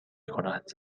کند